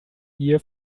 beer